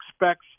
expects